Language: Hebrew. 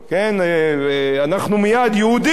אנחנו מייד: יהודים,